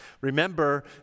Remember